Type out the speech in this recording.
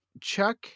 Chuck